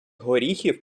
горіхів